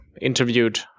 interviewed